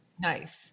Nice